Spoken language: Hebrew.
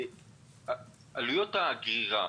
עלויות הגרירה,